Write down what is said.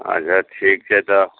अच्छा ठीक छै तऽ